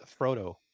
Frodo